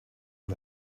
who